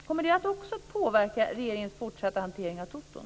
Kommer också det att påverka regeringens fortsatta hantering av toton?